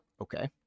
okay